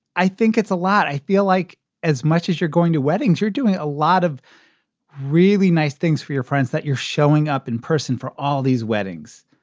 i think it's a lot. i feel like as much as you're going to weddings, you're doing a lot of really nice things for your friends that you're showing up in person for all these weddings.